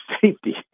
safety